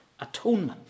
atonement